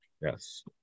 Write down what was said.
yes